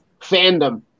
fandom